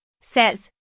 says